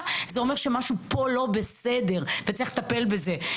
זה אומר שמשהו פה לא בסדר וצריך לטפל בזה,